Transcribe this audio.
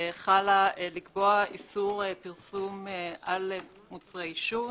חלה לקבוע איסור פרסום עם מוצרי עישון.